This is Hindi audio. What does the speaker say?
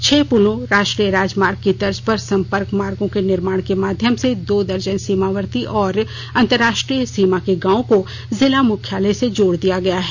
छह पूलों राष्ट्रीय राजमार्ग की तर्ज पर संपर्क मार्गो के निर्माण के माध्यम से दो दर्जन सीमावर्ती और अंतर्राष्ट्रीय सीमा के गांव को जिला मुख्यालय से जोड़ दिया गया है